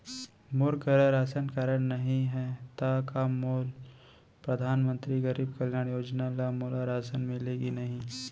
मोर करा ration card नहीं है त का मोल परधानमंतरी गरीब कल्याण योजना ल मोला राशन मिलही कि नहीं?